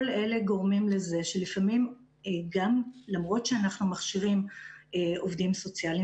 כל אלה גורמים לזה שלפעמים למרות שאנחנו מכשירים עובדים סוציאליים